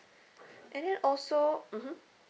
and then also mmhmm